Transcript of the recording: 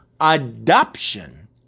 adoption